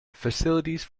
facilities